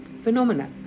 Phenomena